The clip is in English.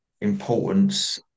importance